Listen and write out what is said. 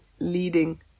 Leading